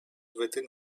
within